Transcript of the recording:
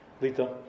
Lita